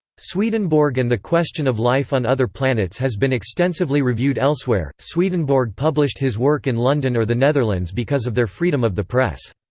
swedenborg and the question of life on other planets has been extensively reviewed elsewhere swedenborg published his work in london or the netherlands because of their freedom of the press.